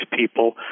people